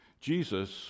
Jesus